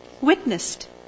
witnessed